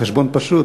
בחשבון פשוט,